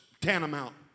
tantamount